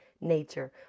nature